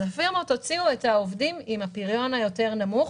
הפירמות הוציאו את העובדים עם הפריון הנמוך יותר